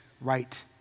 right